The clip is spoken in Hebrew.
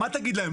מה תגיד להם?